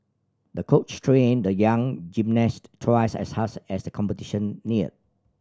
the coach trained the young gymnast twice as hard as the competition neared